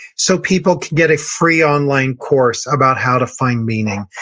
so people can get a free online course about how to find meaning.